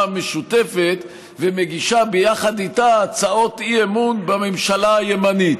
המשותפת ומגישה ביחד איתה הצעות אי-אמון בממשלה הימנית.